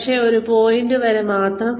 പക്ഷേ ഒരു പോയിന്റ് വരെ മാത്രം